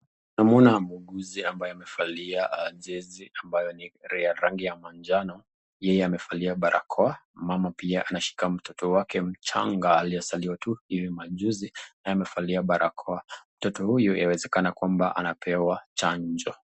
Tunamwona muuguzi ambaye amevalia jezi ambayo ni ya rangi ya manjano, yeye pia amevalia barakoa, mama ameshika mtoto wake mchanga ambaye amezaliwa tu hivi maajuzi, naye amevalia barakoa, mtoto huyu anaonekana kwamba anapewa chanjo.